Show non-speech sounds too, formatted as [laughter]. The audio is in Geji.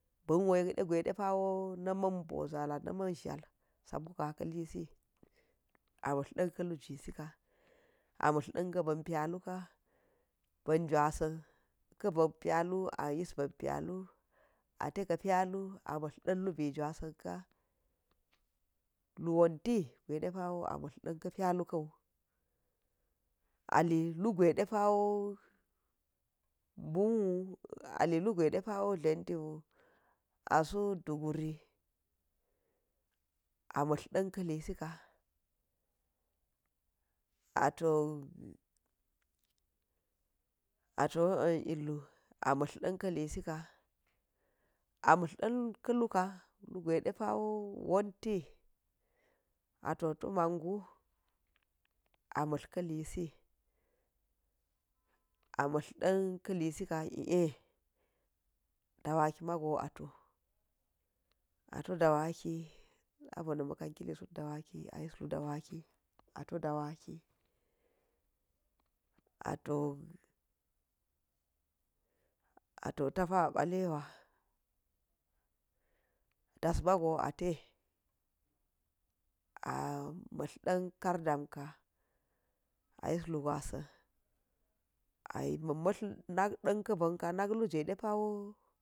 Banwo yekɗe gwa̱i ɗepa̱wo na̱ma̱n baza̱la nama̱n shall sabuga̱ kalisi a mtla̱r ɗan kalu juisika, a mtla̱r ka̱ ban pyalu ban jwasa̱n kaban pyalu ayis ba̱n pyalu, ate ka̱ pyalu a mtla̱r ɗan ka̱ lubi jwa̱sa̱n ka, lu wonti gwaiɗepa̱ amtla̱r ɗanka̱ pyalu kawu ali lugwai depawo bunwu, ali lugwai ɗepa̱ tlantiwu, asu dugwi a mtla̱r ɗan ka̱lisika ato [hesitation] a mitla̱r ɗan kalisika a mtla̱r ɗan kaluka lugwai ɗepa̱wo wonti, ato tu mangu, a mtla̱r kalisi, a mtla̱r dankalisika ye, dawaki mago ato ato dawaki sabona ma̱ kan kili tet dawaki ayis lu dawaki, ato dawaki ato ato atawa batewa, dass mago ate, a mtla̱r ɗan kardan ka ayis lu gwasan, [hesitation] nak ɗanka banka ɗepa̱wo